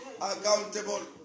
accountable